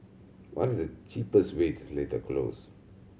what is the cheapest way to Seletar Close